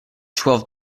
twelve